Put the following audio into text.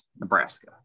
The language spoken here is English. Nebraska